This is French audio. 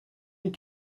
les